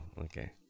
Okay